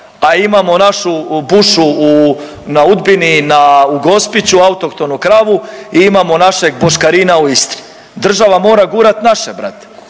a imamo našu bušu u, na Udbini, na, u Gospiću, autohtonu kravu i imamo našeg boškarina u Istri. Država mora gurati naše, brate.